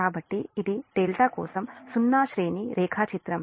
కాబట్టి ఇది ∆ కోసం సున్నా శ్రేణి రేఖాచిత్రం